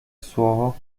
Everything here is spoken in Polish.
słowo